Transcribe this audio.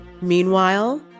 Meanwhile